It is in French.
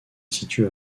situe